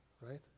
right